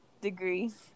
degrees